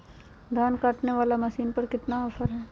धान काटने वाला मसीन पर कितना ऑफर हाय?